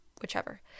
whichever